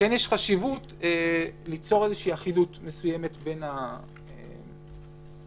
יש חשיבות לייצר אחידות מסוימת בין ההסדרים.